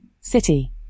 city